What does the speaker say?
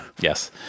Yes